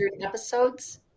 episodes